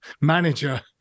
manager